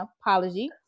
apology